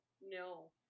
no